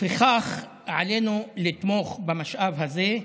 לפיכך, עלינו לתמוך במשאב הזה,